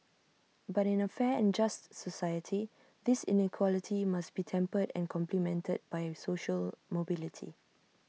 but in A fair and just society this inequality must be tempered and complemented by an social mobility